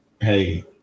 hey